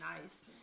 nice